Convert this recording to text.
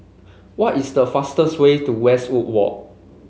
what is the fastest way to Westwood Walk